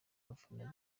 abafana